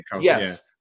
Yes